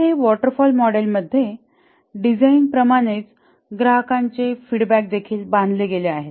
तर हे waterfall model मध्ये डिझाईन प्रमाणेच ग्राहकांचे फीडबॅक बांधले गेले आहे